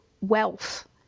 wealth